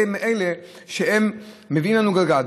הן מביאות לנו גלגל.